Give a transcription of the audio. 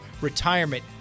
retirement